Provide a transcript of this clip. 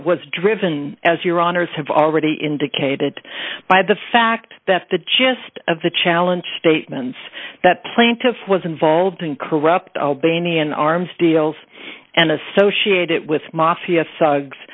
was driven as your honour's have already indicated by the fact that the gist of the challenge statements that plaintiff was involved in corrupt albanian arms deals and associate it with mafia thugs